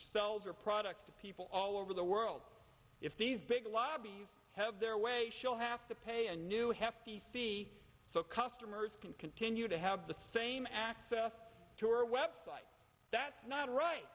her products to people all over the world if these big lobbies have their way shall have to pay a new hefty fee so customers can continue to have the same access to your website that's not right